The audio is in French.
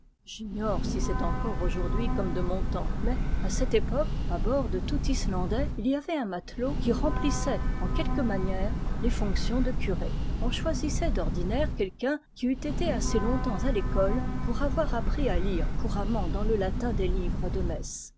j'ignore si c'est encore aujourd'hui comme de mon temps mais à cette époque à bord de tout islandais il y avait un matelot qui remplissait en quelque manière les fonctions de curé on choisissait d'ordinaire quelqu'un qui eût été assez longtemps à l'école pour avoir appris à lire couramment dans le latin des livres de messe